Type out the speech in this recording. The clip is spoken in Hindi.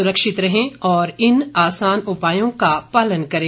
सुरक्षित रहें और इन आसान उपायों का पालन करें